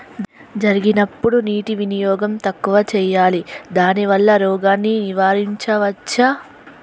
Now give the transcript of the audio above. జరిగినప్పుడు నీటి వినియోగం తక్కువ చేయాలి దానివల్ల రోగాన్ని నివారించవచ్చా?